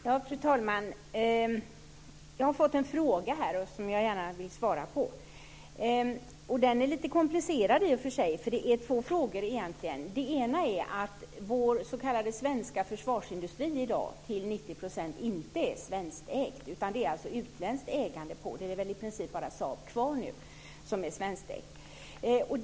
Fru talman! Jag har fått en fråga som jag gärna vill svara på. Den är i och för sig lite komplicerad, eftersom det egentligen handlar om två frågor. En är att vår s.k. svenska försvarsindustri i dag till 90 % inte är svenskägd. Det är alltså utländskt ägande. Det är väl i princip bara Saab kvar som är svenskägt.